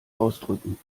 ausdrücken